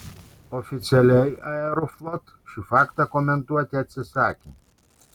oficialiai aeroflot šį faktą komentuoti atsisakė